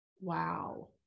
Wow